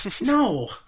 No